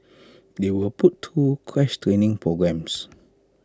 they were put through crash training programmes